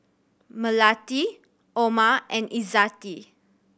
Melati Omar and Izzati